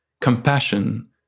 compassion